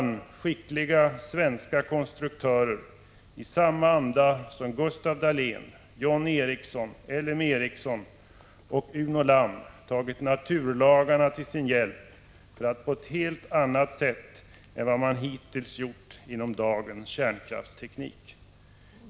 Här har skickliga svenska konstruktörer i samma anda som Gustaf Dalén, John Ericsson, L M Ericsson och Uno Lamm tagit naturlagarna till sin hjälp på ett helt annat sätt än vad man hittills gjort inom dagens kärnkraftsteknik.